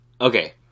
Okay